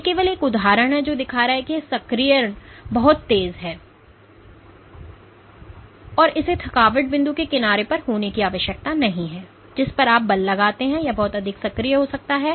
यह केवल एक उदाहरण है जो दिखा रहा है कि यह सक्रियण बहुत तेज है और इसे थकावट बिंदु के किनारे पर होने की आवश्यकता नहीं है जिस पर आप बल लगाते हैं यह बहुत अधिक सक्रिय हो सकता है